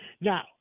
Now